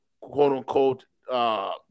quote-unquote